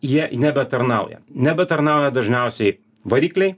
jie nebetarnauja nebetarnauja dažniausiai varikliai